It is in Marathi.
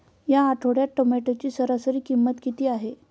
या आठवड्यात टोमॅटोची सरासरी किंमत किती आहे?